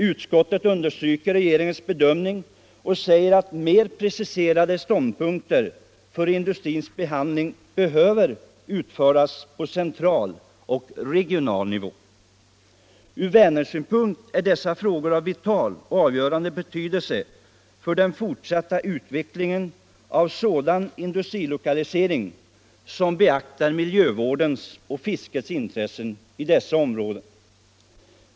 Utskottet understryker regeringens bedömning och framhåller att mer preciserade utgångspunkter för industrins behandling behövs på central och regional nivå. Ur Vänersynpunkt är dessa frågor av vital och avgörande betydelse för den fortsatta utvecklingen av sådan industrilokalisering som beaktar miljövårdens och fiskets intressen i dessa områden.